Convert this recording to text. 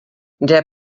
der